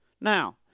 Now